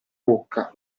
bocca